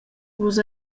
vus